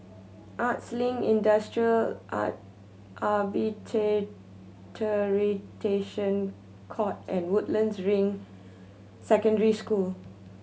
Arts Link Industrial Court and Woodlands Ring Secondary School